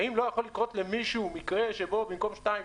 האם לא יכול לקרות למישהו מקרה שבו במקום שתיים,